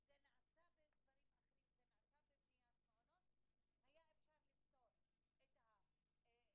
זה סתם לזרוק אותם למצב קשה מאוד,